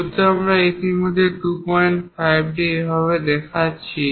যেহেতু আমরা ইতিমধ্যেই এই 25টি এইভাবে দেখাচ্ছি